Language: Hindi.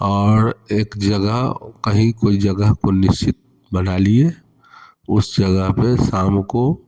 और एक जगह कहीं कोई जगह को निश्चित बना लिए उस जगह पर शाम को